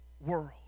world